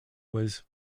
was